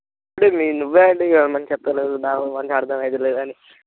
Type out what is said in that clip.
అంటే నువ్వే అంటివి కదా మంచిగా చెప్తలేరు నాకు మంచిగా అర్థం అవుతలేదని